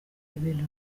ibintu